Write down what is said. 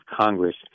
Congress